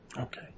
Okay